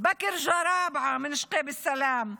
בכר מוחמד ג'ראבעה משגב שלום,